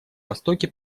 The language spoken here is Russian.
востоке